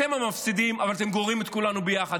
אתם המפסידים, אבל אתם גוררים את כולנו ביחד.